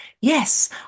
Yes